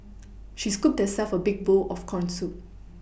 she scooped herself a big bowl of corn soup